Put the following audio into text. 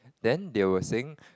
then they were saying